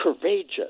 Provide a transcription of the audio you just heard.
courageous